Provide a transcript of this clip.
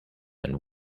and